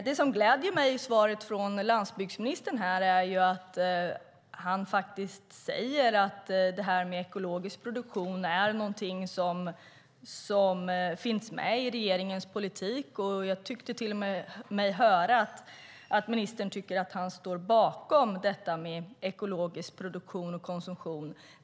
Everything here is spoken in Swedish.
Det gläder mig i svaret från landsbygdsministern att han säger att ekologisk produktion är någonting som finns med i regeringens politik. Jag tyckte mig till och med höra att ministern anser sig stå bakom ekologisk produktion och konsumtion.